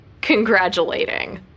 congratulating